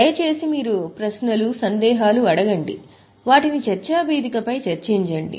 దయచేసి మీరు ప్రశ్నలు సందేహాలు అడగండి వాటిని చర్చా వేదికపై చర్చించండి